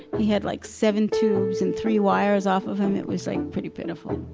he had like seven tubes and three wires off of him. it was like pretty pitiful.